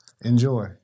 enjoy